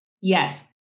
Yes